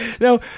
Now